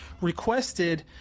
requested